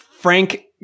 Frank